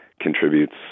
contributes